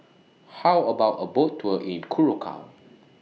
How about A Boat Tour in Curacao